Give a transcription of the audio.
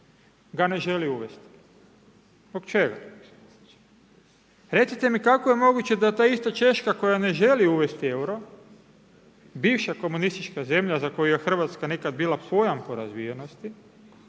ga ne želi uvesti, zbog čega? Recite mi kako je moguće da ta ista Češka koja ne želi uvesti euro, bivša komunistička zemlja za koju je Hrvatska nekad bila pojam po razvijenosti